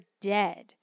dead